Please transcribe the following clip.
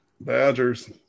Badgers